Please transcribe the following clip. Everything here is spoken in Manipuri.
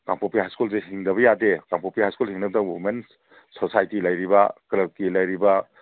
ꯀꯥꯡꯄꯣꯛꯄꯤ ꯍꯥꯏ ꯁ꯭ꯀꯨꯜꯁꯦ ꯍꯤꯡꯗꯕ ꯌꯥꯗꯦ ꯀꯥꯡꯄꯣꯛꯄꯤ ꯍꯥꯏ ꯁ꯭ꯀꯨꯜ ꯍꯤꯡꯅꯕꯩꯗꯃꯛꯇ ꯋꯨꯃꯦꯟꯁ ꯁꯣꯁꯥꯏꯇꯤ ꯂꯩꯔꯤꯕ ꯀ꯭ꯂꯞꯀꯤ ꯂꯩꯔꯤꯕ